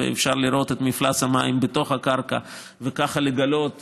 אפשר לראות את מפלס המים בתוך הקרקע וככה לגלות